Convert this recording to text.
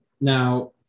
now